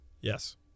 Yes